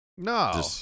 No